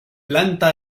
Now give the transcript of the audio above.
planta